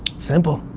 simple.